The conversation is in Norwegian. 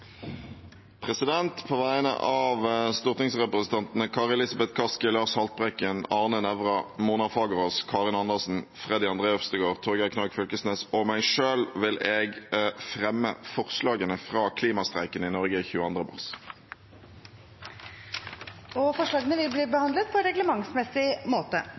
På vegne av stortingsrepresentantene Kari Elisabeth Kaski, Lars Haltbrekken, Arne Nævra, Mona Fagerås, Karin Andersen, Freddy André Øvstegård, Torgeir Knag Fylkesnes og meg selv vil jeg fremme forslag om klimastreik for klimakutt. Forslagene vil bli behandlet på reglementsmessig måte.